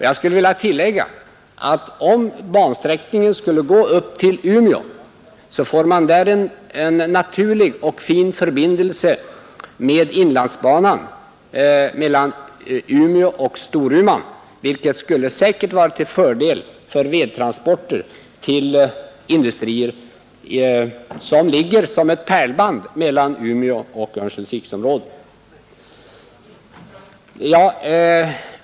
Jag skulle vilja tillägga att om bansträckningen skulle gå upp till Umeå får man där en naturlig och fin förbindelse med inlandsbanan mellan Umeå och Storuman, vilket säkert skulle vara till fördel för vedtransporter till industrier, som ligger som ett pärlband mellan Umeå och Örnsköldsviksområdet.